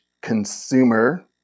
consumer